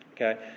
Okay